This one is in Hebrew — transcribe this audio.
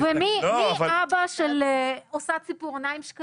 ומי אבא של מעצבת ציפורניים?